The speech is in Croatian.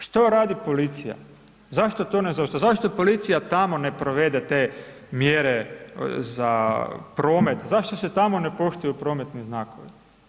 Što radi policija, zašto to ne zaustavi, zašto policija tamo ne provede te mjere za promet, zašto se tamo ne poštuju prometni znakovi?